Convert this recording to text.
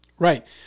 Right